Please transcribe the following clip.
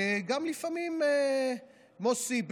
לפעמים מוסי,